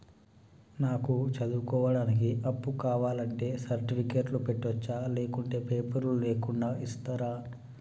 నాకు చదువుకోవడానికి అప్పు కావాలంటే సర్టిఫికెట్లు పెట్టొచ్చా లేకుంటే పేపర్లు లేకుండా ఇస్తరా?